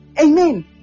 Amen